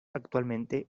actualmente